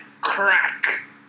crack